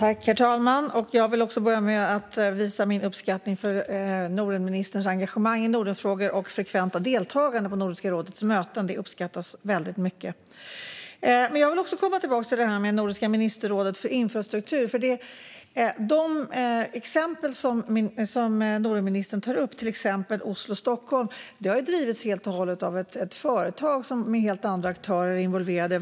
Herr talman! Jag vill börja med att visa min uppskattning för Nordenministerns engagemang för Nordenfrågor och hennes frekventa deltagande på Nordiska rådets möten. Det uppskattas väldigt mycket. Även jag vill ta upp frågan om ett nordiskt ministerråd för infrastruktur. De exempel som Nordenministern tar upp, såsom Oslo-Stockholm, har helt och hållet drivits av ett företag med helt andra aktörer involverade.